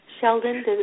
Sheldon